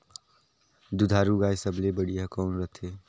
दुधारू गाय सबले बढ़िया कौन रथे?